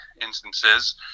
instances